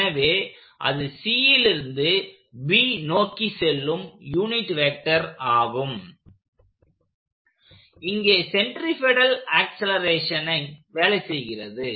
எனவே அது C இலிருந்து B நோக்கி செல்லும் யூனிட் வெக்டர் ஆகும் இங்கே சென்டரிபெடல் ஆக்ஸலரேஷனை வேலை செய்கிறது